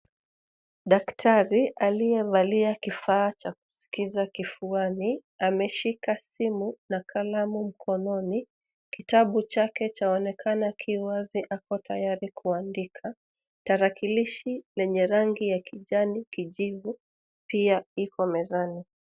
Daktari aliyevalia kifaa cha kuskiza kifuani ameshika simu na kalamu mkononi. Kitabu chake chaonekana ki wazi ako tayari kuandika. Tarakilishi lenye rangi ya kijani kijivu pia iko mezani.